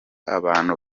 abantu